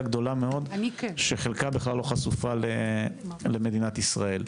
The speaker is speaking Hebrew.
גדולה מאוד שחלקה בכלל לא חשופה למדינת ישראל.